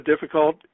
difficult